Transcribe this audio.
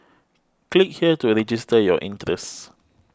click here to register your interest